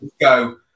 go